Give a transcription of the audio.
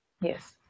Yes